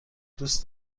دوست